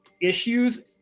issues